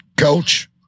Coach